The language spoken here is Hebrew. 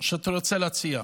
שאתה רוצה להציע?